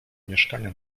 mieszkania